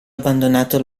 abbandonato